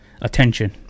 attention